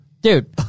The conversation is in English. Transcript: Dude